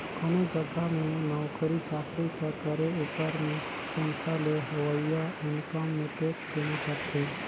कोनो जगहा में नउकरी चाकरी कर करे उपर में तनखा ले होवइया इनकम में टेक्स देना परथे